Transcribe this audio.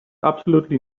absolutely